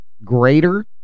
greater